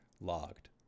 logged